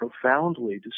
profoundly